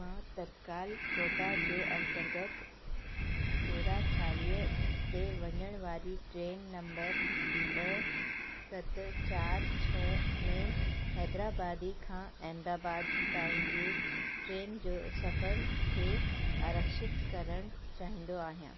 मां तत्काल कोटा जे अंतर्गत तेरहां चालीह ते वञणु वारी ट्रेन नम्बर ॿ सत चार छह में हैदराबाद खां अहमदाबाद ताईं जे ट्रेन जो सफ़र खे आरक्षित करणु चाहींदो आहियां